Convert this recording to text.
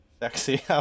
sexy